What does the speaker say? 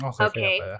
Okay